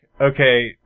okay